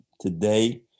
today